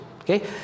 okay